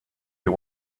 you